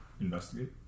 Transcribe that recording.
investigate